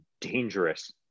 dangerous